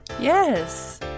yes